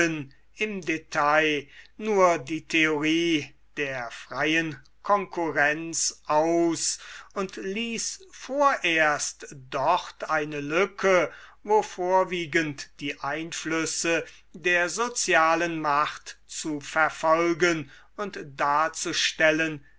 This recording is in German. im detail nur die theorie der freien konkurrenz aus und ließ vorerst dort eine lücke wo vorwiegend die einflüsse der sozialen macht zu verfolgen und darzustellen